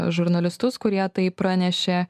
žurnalistus kurie tai pranešė